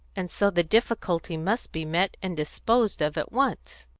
and so the difficulty must be met and disposed of at once.